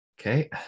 Okay